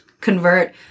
convert